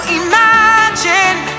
imagine